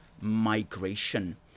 migration